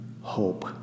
hope